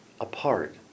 apart